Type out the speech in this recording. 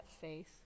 faith